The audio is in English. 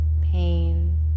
pain